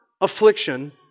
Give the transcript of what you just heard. affliction